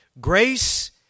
Grace